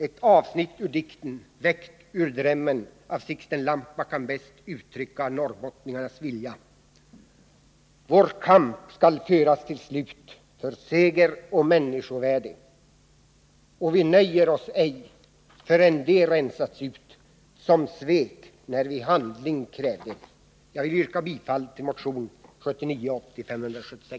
Ett avsnitt ur dikten Väckt ur drömmen av Sixten Lampa kan bäst uttrycka norrbottningarnas vilja: Vår kamp skall föras till slut, för seger och människovärde. Och vi nöjer oss ej förrän de rensats ut, som svek, när vi handling krävde.